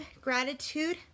gratitude